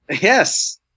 Yes